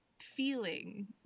feeling